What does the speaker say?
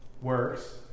works